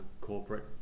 corporate